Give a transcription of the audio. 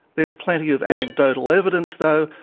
there's plenty of anecdotal evidence, though,